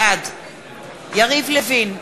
בעד יריב לוין,